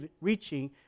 reaching